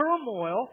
turmoil